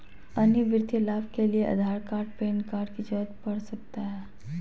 अन्य वित्तीय लाभ के लिए आधार कार्ड पैन कार्ड की जरूरत पड़ सकता है?